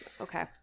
okay